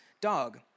dog